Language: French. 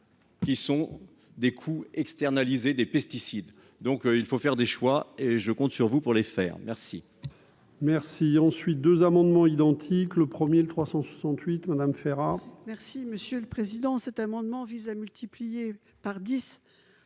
Qui sont des coûts externalisés, des pesticides, donc il faut faire des choix et je compte sur vous pour les faire merci.